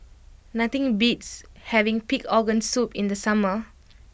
nothing beats having Pig Organ Soup in the summer